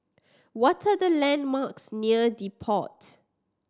what are the landmarks near The Pod